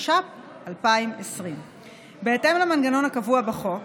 התש"ף 2020. בהתאם למנגנון הקבוע בחוק,